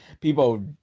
people